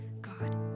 God